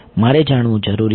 મારે જાણવું જરૂરી છે